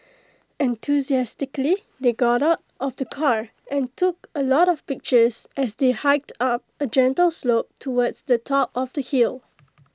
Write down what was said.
enthusiastically they got out of the car and took A lot of pictures as they hiked up A gentle slope towards the top of the hill